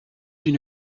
huit